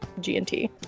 gnt